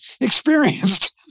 experienced